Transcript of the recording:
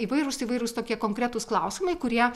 įvairūs įvairūs tokie konkretūs klausimai kurie